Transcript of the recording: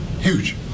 Huge